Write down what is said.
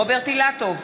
רוברט אילטוב,